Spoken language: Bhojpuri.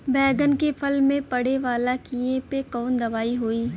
बैगन के फल में पड़े वाला कियेपे कवन दवाई होई?